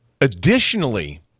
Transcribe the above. Additionally